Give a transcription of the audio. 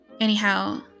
Anyhow